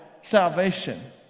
salvation